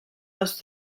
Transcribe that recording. los